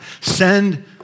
send